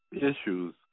issues